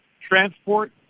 Transport